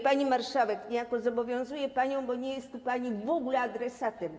Pani marszałek, niejako zobowiązuję panią, bo nie jest tu pani w ogóle adresatem tego.